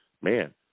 man